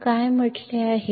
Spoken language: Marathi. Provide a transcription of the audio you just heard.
तर काय म्हटले आहे